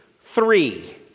three